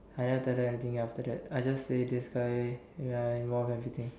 I never tell her anything after that I just say this guy ya involved everything